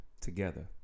together